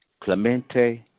Clemente